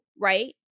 right